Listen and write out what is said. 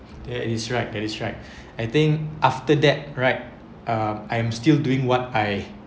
that is right that is right I think after that right uh I'm still doing what I